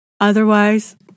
Otherwise